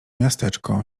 miasteczko